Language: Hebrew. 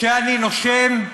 // כשאני נושם,